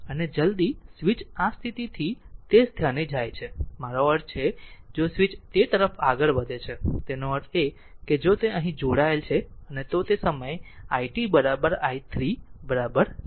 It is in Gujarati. અને જલદી સ્વિચ આ સ્થિતિથી તે સ્થાને જાય છે મારો અર્થ છે જો સ્વીચ તે તરફ આગળ વધે છે તેનો અર્થ એ કે જો તે અહીં જોડાયેલ છે અને તો તે સમયે i t i 3 બરાબર છે